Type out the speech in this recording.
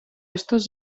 estos